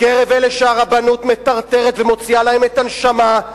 מקרב אלה שהרבנות מטרטרת ומוציאה להם את הנשמה,